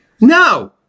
No